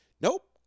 nope